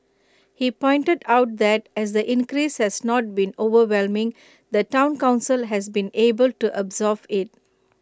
he pointed out that as the increase has not been overwhelming the Town Council has been able to absorb IT